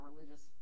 religious